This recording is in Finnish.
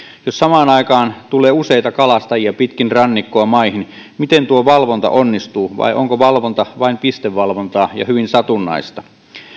jos samaan aikaan tulee useita kalastajia pitkin rannikkoa maihin miten tuo valvonta onnistuu vai onko valvonta vain pistevalvontaa ja hyvin satunnaista